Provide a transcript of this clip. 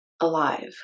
alive